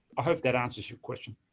i hope that answers your question.